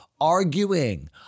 arguing